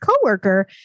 coworker